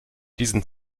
diesen